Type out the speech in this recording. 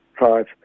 five